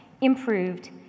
improved